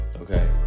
Okay